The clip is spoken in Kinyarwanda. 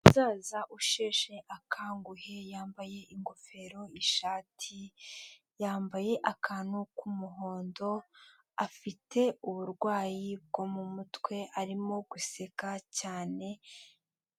Umusaza usheshe akanguhe yambaye ingofero, ishati, yambaye akantu k'umuhondo, afite uburwayi bwo mu mutwe arimo guseka cyane.